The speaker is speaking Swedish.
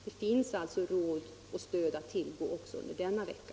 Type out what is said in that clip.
Det finns alltså råd och stöd att tillgå även under denna vecka.